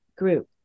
group